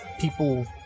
people